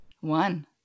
One